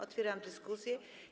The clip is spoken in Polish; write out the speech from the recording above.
Otwieram dyskusję.